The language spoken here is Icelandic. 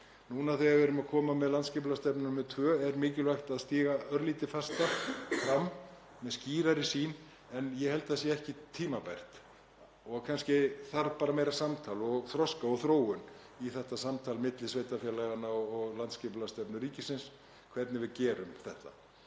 Núna þegar við erum að koma með landsskipulagsstefnu númer tvö er mikilvægt að stíga örlítið fastar fram og með skýrari sýn en ég held að það sé ekki tímabært, þ.e. uppdráttur. Kannski þarf bara meira samtal og þroska og þróun í þetta samtal milli sveitarfélaganna og landsskipulagsstefnu ríkisins, hvernig við gerum þetta.